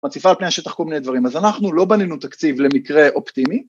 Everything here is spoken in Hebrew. מציפה על פני השטח כל מיני דברים, אז אנחנו לא בנינו תקציב למקרה אופטימי.